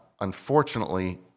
Unfortunately